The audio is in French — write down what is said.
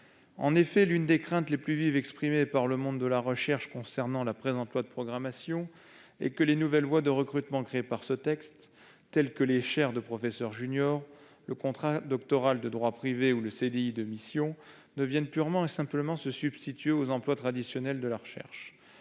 En effet, l'une des craintes les plus vives exprimées par le monde de la recherche est que les nouvelles voies de recrutement créées par ce texte, telles que les chaires de professeurs juniors, le contrat doctoral de droit privé ou le CDI de mission, ne viennent purement et simplement se substituer aux emplois traditionnels de la recherche.